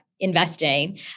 investing